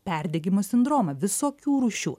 perdegimo sindromą visokių rūšių